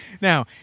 Now